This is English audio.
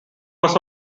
was